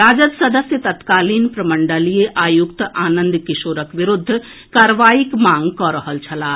राजद सदस्य तत्कालीन प्रमंडलीय आयुक्त आनंद किशोरक विरूद्ध कार्रवाईक मांग कऽ रहल छलाह